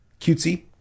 cutesy